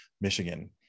Michigan